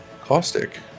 Caustic